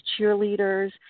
cheerleaders